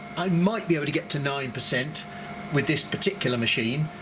i might be able to get to nine percent with this particular machine,